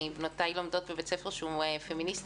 בנותיי לומדות בבית ספר שהוא פמיניסטי